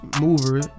mover